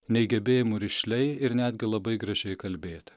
nei gebėjimu rišliai ir netgi labai gražiai kalbėti